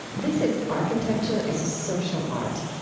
this is architecture as a social art,